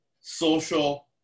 social